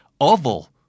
oval